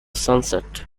sunset